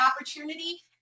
opportunity